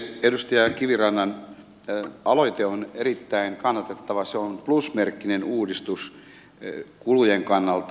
edustaja kivirannan aloite on erittäin kannatettava se on plusmerkkinen uudistus kulujen kannalta